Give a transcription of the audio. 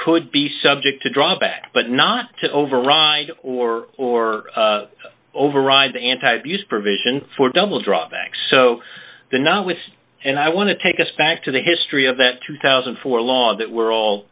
could be subject to drawback but not to override or or override the anti abuse provision for double drawbacks the not with and i want to take us back to the history of that two thousand and four law that we're all